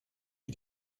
wie